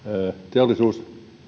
teollisuus